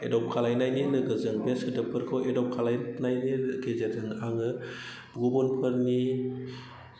adapt खालामनायनि लोगोसे बे सोदोबफोरखौ एदप्ट खालामनायनि गेजेरजों आङो गुबुनफोरनि